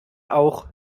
auch